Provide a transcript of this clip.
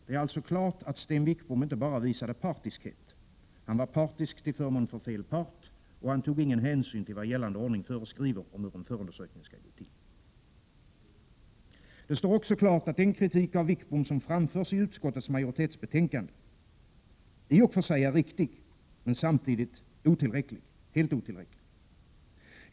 Det är alltså klart att Sten Wickbom inte bara visade partiskhet — han var partisk till förmån för fel part, och han tog ingen hänsyn till vad gällande ordning föreskriver om hur en förundersökning skall gå till. Det står också klart, att den kritik av Wickbom som framförs i utskottets majoritetsbetänkande i och för sig är riktig, men samtidigt helt otillräcklig.